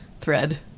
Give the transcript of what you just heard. thread